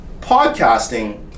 podcasting